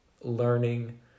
learning